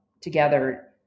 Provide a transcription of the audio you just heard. together